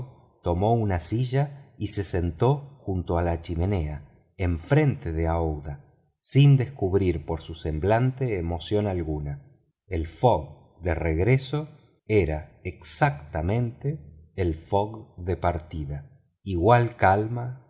tomó una silla y se sentó junto a la chimenea enfrente de aouida sin descubrir por su semblante emoción alguna el fogg de regreso era exactamente el fogg de partida igual calma